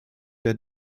der